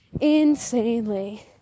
insanely